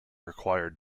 required